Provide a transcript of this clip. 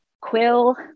quill